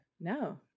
No